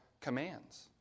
commands